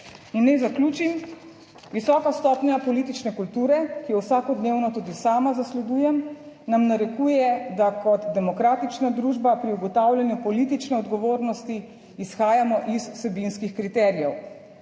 I n naj zaključim. Visoka stopnja politične kulture, ki jo vsakodnevno tudi sama zasledujem, nam narekuje, da kot demokratična družba pri ugotavljanju politične odgovornosti izhajamo iz vsebinskih kriterijev.